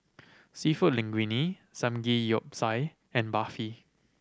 Seafood Linguine Samgeyopsal and Barfi